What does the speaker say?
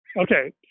Okay